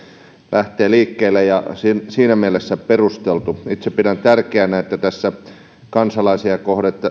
lähtee liikkeelle ja on siinä mielessä perusteltu itse pidän tärkeänä että tässä kansalaisia